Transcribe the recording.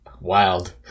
Wild